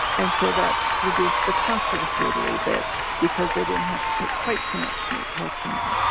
and so that reduced the cost of the food a little bit because they didn't have to put quite so much meat protein in.